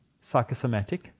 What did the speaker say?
psychosomatic